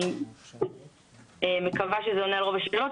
אני מקווה שזה עונה על רוב השאלות,